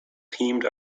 teamed